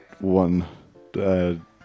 one